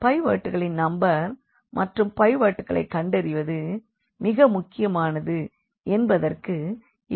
பைவோட்களின் number மற்றும் பைவோட்களை கண்டறிவது மிக முக்கியமானது என்பதற்கு இதுதான் காரணம்